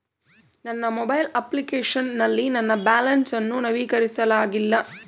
ನನ್ನ mobile application ನಲ್ಲಿ ನನ್ನ ಬ್ಯಾಲೆನ್ಸ್ ಅನ್ನು ನವೀಕರಿಸಲಾಗಿಲ್ಲ